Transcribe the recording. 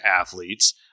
athletes